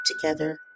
together